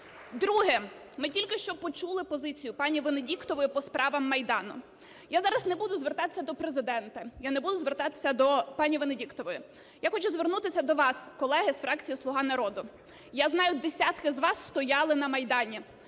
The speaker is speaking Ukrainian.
Друге. Ми тільки що почули позицію пані Венедіктової по справам Майдану. Я зараз не буду звертатися до Президента. Я не буду звертатися до пані Венедіктової. Я хочу звернутися до вас, колеги, з фракції "Слуга народу". Я знаю, десятки з вас стояли на Майдані.